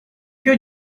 you